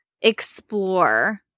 explore